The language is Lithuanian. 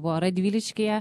buvo radviliškyje